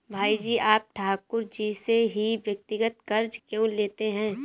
भाई जी आप ठाकुर जी से ही व्यक्तिगत कर्ज क्यों लेते हैं?